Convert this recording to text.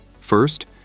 First